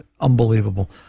unbelievable